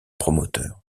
promoteur